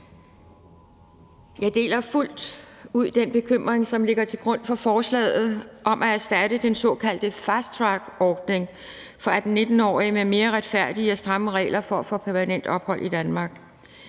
Jeg deler fuldt ud den bekymring, som ligger til grund for forslaget om at erstatte den såkaldte fasttrackordning for 18-19-årige med mere retfærdige og stramme regler for at få permanent ophold i Danmark.